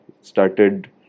started